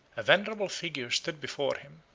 a venerable figure stood before him,